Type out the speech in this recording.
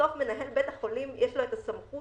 בסוף למנהל בית החולים יש את הסמכות